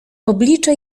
oblicze